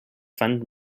fan